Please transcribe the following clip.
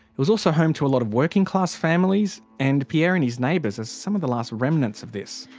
it was also home to a lot of working class families. and pierre and his neighbours are some of the last remnants of this.